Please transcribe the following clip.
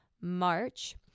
march